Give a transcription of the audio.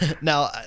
Now